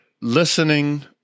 listening